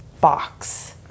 box